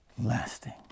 lasting